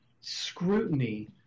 scrutiny